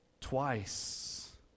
Twice